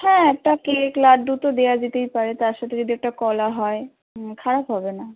হ্যাঁ একটা কেক লাড্ডু তো দেওয়া যেতেই পারে তার সাথে যদি একটা কলা হয় খারাপ হবে না